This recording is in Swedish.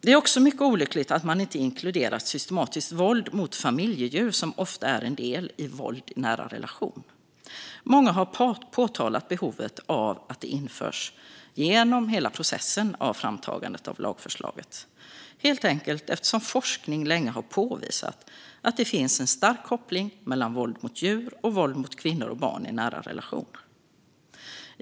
Det är också mycket olyckligt att man inte har inkluderat systematiskt våld mot familjedjur, som ofta är en del i våld i nära relation. Många har påtalat behovet av detta genom hela processen av framtagandet av lagförslaget, helt enkelt eftersom forskning länge har påvisat att det finns en stark koppling mellan våld mot djur och våld mot kvinnor och barn i nära relationer.